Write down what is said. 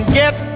get